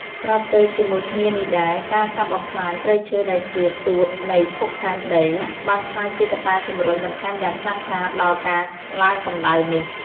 ស្របពេលជាមួយគ្នានេះដែរ ការកាប់បំផ្លាញព្រៃឈើដែលជា សួតនៃភពផែនដី បានក្លាយជាកត្តាជម្រុញបន្ថែមយ៉ាងខ្លាំងក្លាដល់ការឡើងកម្ដៅនេះ។